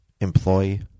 employee